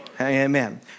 Amen